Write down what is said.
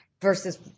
versus